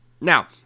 Now